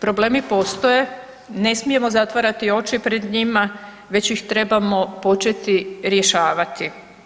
problemi postoje, ne smijemo zatvarati oči pred njima već ih trebamo početi rješavati.